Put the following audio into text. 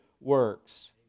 works